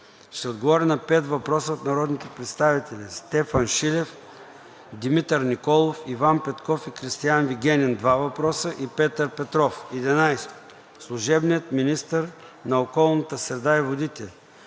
ще отговори на пет въпроса от народните представители Стефан Шилев; Димитър Николов; Иван Петков и Кристиан Вигенин – два въпроса; и Петър Петров. 11. Служебният министър на околната среда и водите